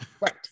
Right